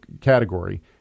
category